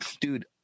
dude